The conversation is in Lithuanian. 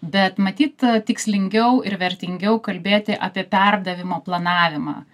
bet matyt tikslingiau ir vertingiau kalbėti apie perdavimo planavimą